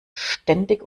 ständig